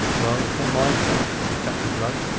well, it's not mine, now, said captain blood.